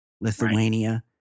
Lithuania